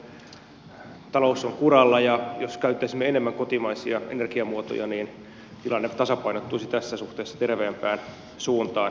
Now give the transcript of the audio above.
tällä hetkellä meidän taloutemme on kuralla ja jos käyttäisimme enemmän kotimaisia energiamuotoja niin tilanne tasapainottuisi tässä suhteessa terveempään suuntaan